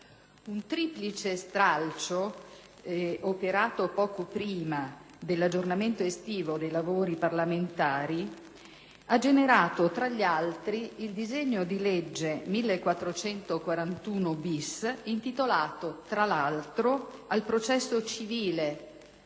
Un triplice stralcio operato poco prima dell'aggiornamento estivo dei lavori parlamentari ha generato, tra gli altri, il disegno di legge n. 1441-*bis,* intitolato, tra l'altro, al processo civile,